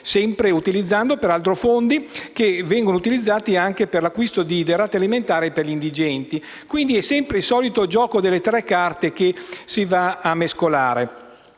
Sempre utilizzando fondi destinati anche all'acquisto di derrate alimentari per gli indigenti. Quindi, è sempre il solito gioco delle tre carte che si vanno a mescolare.